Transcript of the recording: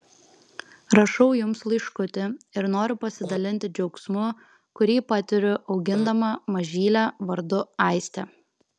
rašau jums laiškutį ir noriu pasidalinti džiaugsmu kurį patiriu augindama mažylę vardu aistė